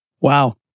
Wow